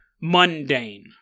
mundane